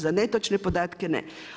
Za netočne podatke, ne.